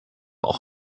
auch